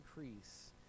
increase